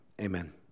Amen